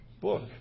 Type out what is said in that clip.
book